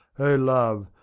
o love,